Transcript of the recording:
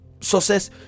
success